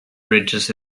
bridges